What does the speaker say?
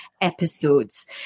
episodes